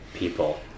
people